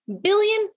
billion